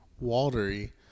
watery